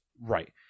Right